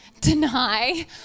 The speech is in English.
deny